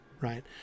right